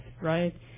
right